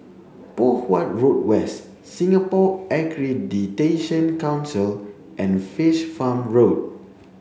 Poh Huat Road West Singapore Accreditation Council and Fish Farm Road